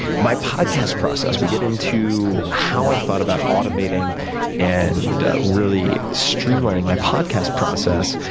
my podcast process, we get into how i thought about automating and really streamlining my podcast process.